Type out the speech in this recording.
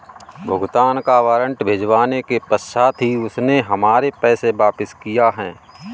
भुगतान का वारंट भिजवाने के पश्चात ही उसने हमारे पैसे वापिस किया हैं